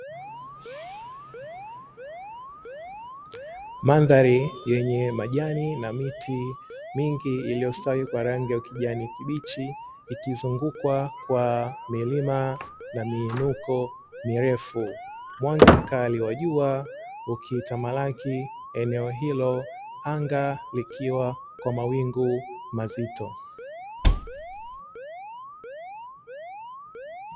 Mandhari yenye majani na miti mingi iliyostawi kwa rangi ya kijani kibichi ikizungukwa kwa milima na miinuko mirefu; mwanga mkali wa jua ukitamalaki eneo hilo anga likiwa kwa mawingu mazito.